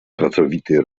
pracowity